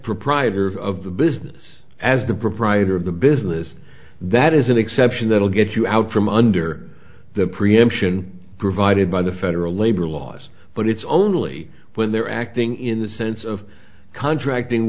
proprietor of the business as the proprietor of the business that is an exception that will get you out from under the preemption provided by the federal labor laws but it's only when they're acting in the sense of contracting